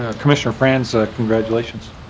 ah commissioner frans ah congratulations.